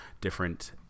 different